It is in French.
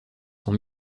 sont